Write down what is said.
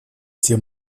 тем